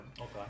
Okay